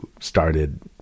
started